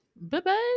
Bye-bye